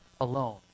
alone